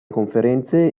conferenze